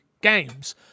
games